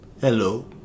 Hello